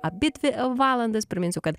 abidvi el valandas priminsiu kad